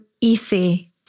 easy